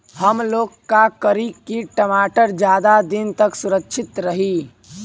हमलोग का करी की टमाटर ज्यादा दिन तक सुरक्षित रही?